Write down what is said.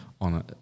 on